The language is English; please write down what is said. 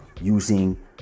using